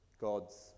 God's